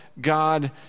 God